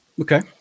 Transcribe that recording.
Okay